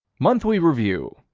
monthly review,